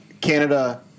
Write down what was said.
Canada